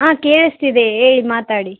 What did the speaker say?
ಹಾಂ ಕೇಳಿಸ್ತಿದೆ ಏಯ್ ಮಾತಾಡಿ